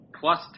plus